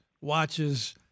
watches